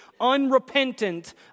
unrepentant